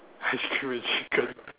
ice cream and chicken